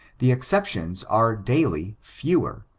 the exceptions are daily fewer,